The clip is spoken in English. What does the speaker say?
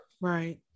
Right